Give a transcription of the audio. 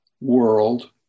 world